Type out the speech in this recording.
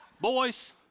Boys